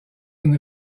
une